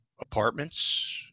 apartments